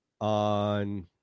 On